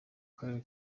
karere